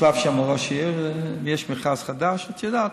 הוחלף שם ראש עיר, ויש מכרז חדש, את יודעת.